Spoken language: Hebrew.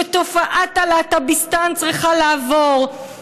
שתופעת ה"להט"ביסטן" צריכה לעבור,